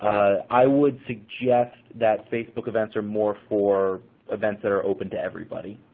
i would suggest that facebook events are more for events that are open to everybody.